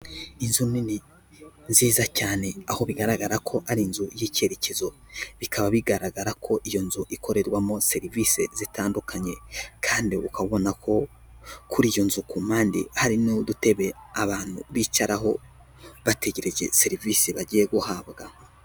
Inzu nini nziza cyane aho bigaragara ko ari inzu y'icyerekezo, bikaba bigaragara ko iyo nzu ikorerwamo serivisi zitandukanye, kandi ukaba ubona ko kuri iyo nzu ku mpande hari n'udutebe abantu bicaraho bategereje serivisi bagiye guhabwa.